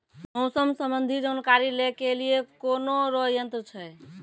मौसम संबंधी जानकारी ले के लिए कोनोर यन्त्र छ?